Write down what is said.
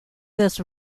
this